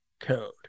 code